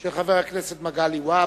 של חבר הכנסת מגלי והבה,